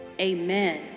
Amen